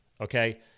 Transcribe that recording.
okay